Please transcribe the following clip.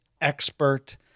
expert